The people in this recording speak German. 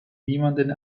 niemanden